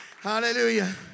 Hallelujah